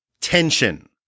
Tension